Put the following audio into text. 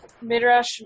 Midrash